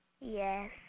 Yes